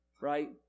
right